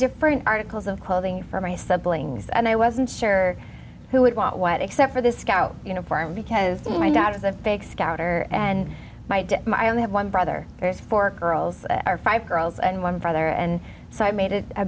different articles of clothing for my son billings and i wasn't sure who would want what except for the scout uniform because my dad is a big scout are and my dad my only have one brother there's four curls are five girls and one brother and so i made it a